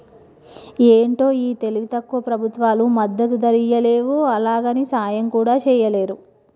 ఏంటో ఈ తెలివి తక్కువ ప్రభుత్వాలు మద్దతు ధరియ్యలేవు, అలాగని సాయం కూడా చెయ్యలేరు